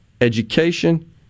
education